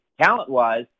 talent-wise